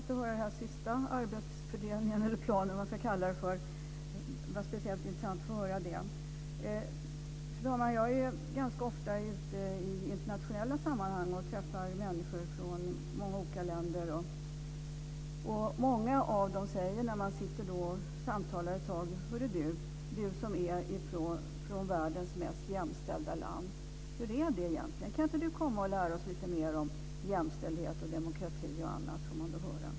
Fru talman! Det var speciellt intressant att höra om det arbetssättet. Jag är ganska ofta ute i internationella sammanhang och träffar människor från många olika länder. Många säger då: Du som är från världens mest jämställda land, hur är det egentligen? Kan inte du komma hit och lära oss lite mer om jämställdhet, demokrati och annat?